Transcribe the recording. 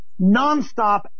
nonstop